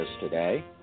today